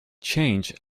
changed